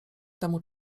temu